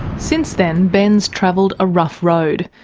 since then ben's travelled a rough road.